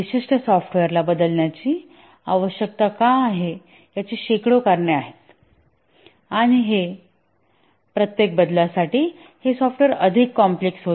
विशिष्ट सॉफ्टवेअरला बदलण्याची आवश्यकता का आहे याची शेकडो कारणे आहेत आणि प्रत्येक बदलासाठी हे सॉफ्टवेअर अधिक कॉम्प्लेक्स होते